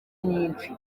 nyinshi